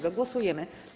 Głosujemy.